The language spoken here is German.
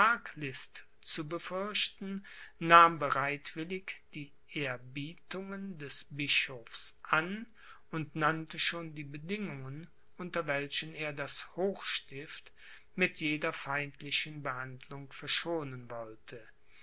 arglist zu befürchten nahm bereitwillig die erbietungen des bischofs an und nannte schon die bedingungen unter welchen er das hochstift mit jeder feindlichen behandlung verschonen wollte